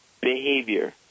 behavior